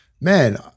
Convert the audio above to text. Man